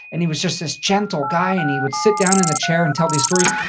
and he was just this gentle guy and he would sit down in the chair and tell these stories.